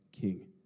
king